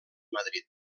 madrid